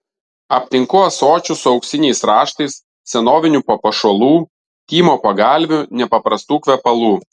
aptinku ąsočių su auksiniais raštais senovinių papuošalų tymo pagalvių nepaprastų kvepalų